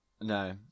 No